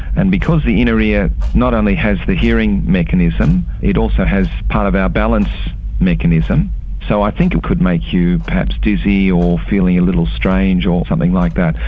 and because the inner ear not only has the hearing mechanism, it also has part of our balance mechanism, and so i think it could make you perhaps dizzy or feeling a little strange or something like that.